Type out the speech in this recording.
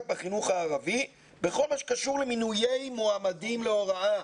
בחינוך הערבי בכל מה שקשור למינויי מועמדים להוראה.